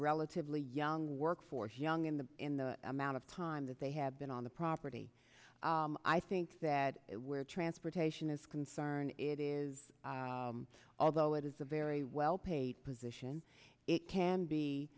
relatively young workforce young in the in the amount of time that they have been on the property i think that where transportation is concerned it is although it is a very well paid position it can be